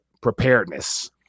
preparedness